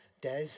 Des